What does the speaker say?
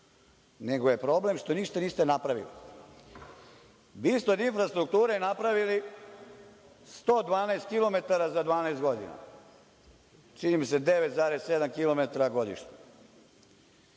nego je problem što ništa niste napravili. Vi ste od infrastrukture napravili 112 kilometara za 12 godina, čini mi se, 9,7 kilometara